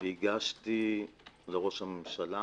והגשתי מסמך לראש הממשלה